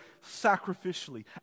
sacrificially